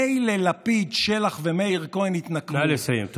מילא לפיד, שלח ומאיר כהן יתנכלו, נא לסיים.